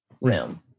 room